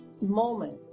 moment